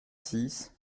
six